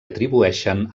atribueixen